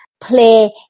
play